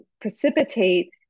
precipitate